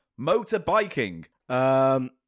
motorbiking